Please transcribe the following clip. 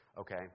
Okay